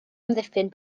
amddiffyn